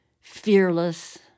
fearless